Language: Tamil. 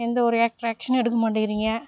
எந்த ஒரு ஆக்ஷனும் எடுக்க மாட்டேங்கிறீங்க